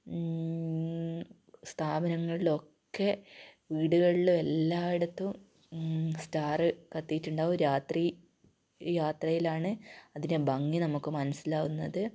സ്ഥാപനങ്ങളിലൊക്കെ വീടുകളിലും എല്ലായിടുത്തും സ്റ്റാർ കത്തീട്ടുണ്ടാവും രാത്രി യാത്രയിലാണ് അതിൻ്റെ ഭംഗി നമുക്ക് മനസിലാകുന്നത്